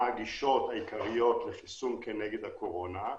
מה הגישות העיקריות לחיסון כנגד הקורונה.